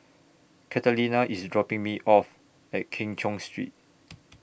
Catalina IS dropping Me off At Keng Cheow Street